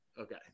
Okay